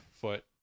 foot